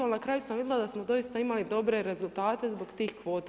Ali na kraju sam vidjela da smo doista imali dobre rezultate zbog tih kvota.